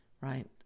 right